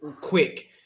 quick